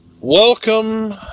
Welcome